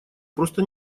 просто